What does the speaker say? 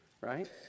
right